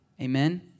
Amen